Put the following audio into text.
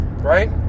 Right